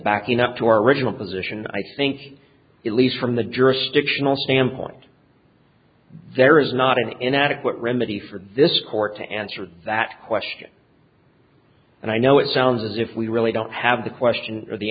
backing up to our original position i think it leaves from the jurisdictional standpoint there is not an inadequate remedy for this court to answer that question and i know it sounds as if we really don't have the question or the